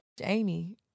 Amy